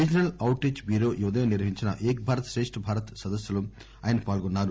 regional outreach bureau ఈ ఉదయం నిర్వహించిన ఏక్ భారత్ క్రేష్ట్ భారత్ సదస్సులో ఆయన పాల్గొన్నారు